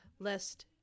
lest